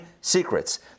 secrets